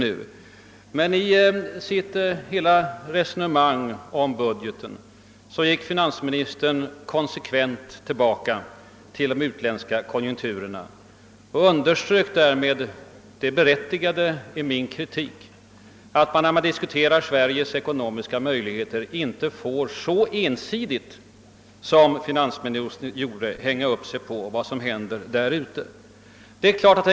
I hela sitt resonemang om budgeten föll finansministern konsekvent tillbaka på de utländska konjunkturerna och underströk därmed det berättigade i min kritik, att man när man diskuterar Sveriges ekonomiska möjligheter inte får, så ensidigt som finansministern gjorde, hänga upp sig på vad som händer ute i världen.